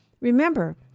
Remember